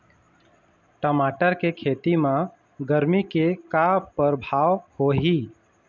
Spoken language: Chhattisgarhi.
टमाटर के खेती म गरमी के का परभाव होही?